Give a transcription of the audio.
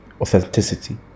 authenticity